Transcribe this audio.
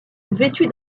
vêtu